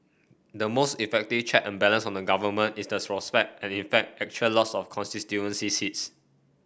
the most effective check and balance on the Government is the prospect and in fact actual loss of constituency seats